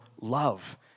love